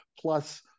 plus